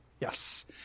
Yes